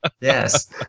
Yes